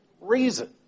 reason